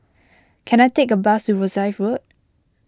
can I take a bus to Rosyth Road